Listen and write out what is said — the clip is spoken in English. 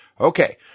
Okay